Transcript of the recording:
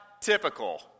typical